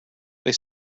they